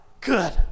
good